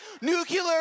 Nuclear